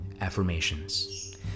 affirmations